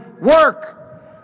Work